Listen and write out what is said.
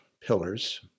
pillars